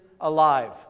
Alive